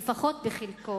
לפחות בחלקו,